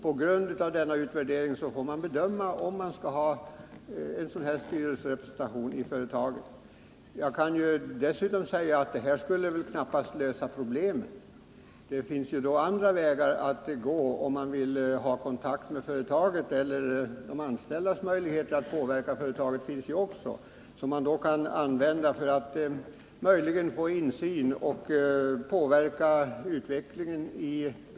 På grundval av den utvärderingen får vi sedan bedöma vilken ställning vi skall ta till frågan. En offentlig styrelserepresentation skulle f. ö. knappast lösa problemen. Det finns andra vägar att gå om man vill hainsyn i företaget — de anställda har också möjlighet att påverka företaget — och kunna påverka utvecklingen.